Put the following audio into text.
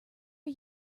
are